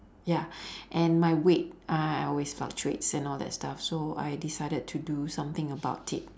ya and my weight uh always fluctuates and all that stuff so I decided to do something about it